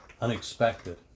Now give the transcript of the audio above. unexpected